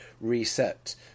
reset